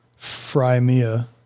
Frymia